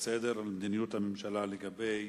לסדר-היום על מדיניות הממשלה לגבי